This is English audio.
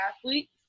athletes